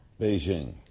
Beijing